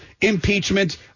impeachment